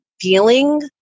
feeling